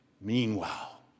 Meanwhile